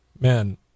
man